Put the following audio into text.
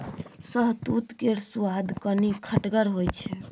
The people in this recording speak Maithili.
शहतुत केर सुआद कनी खटगर होइ छै